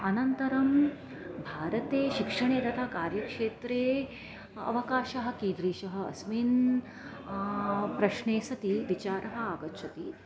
अनन्तरं भारते शिक्षणे तथा कार्यक्षेत्रे अवकाशः कीदृशः अस्मिन् प्रश्ने सति विचारः आगच्छति